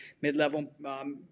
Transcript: mid-level